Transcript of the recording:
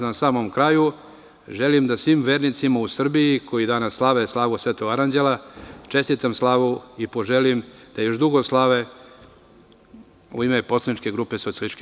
Na samom kraju, želim da svim vernicima u Srbiji, koji danas slave slavu Svetog Aranđela, čestitam slavu i poželim da još dugo slave, u ime poslaničke grupe SPS.